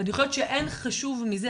אני חושבת שאין חשוב מזה,